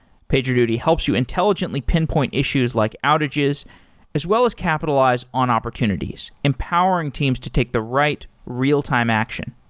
pagerduty helps you intelligently pinpoint issues like outages as well as capitalize on opportunities empowering teams to take the right real-time action.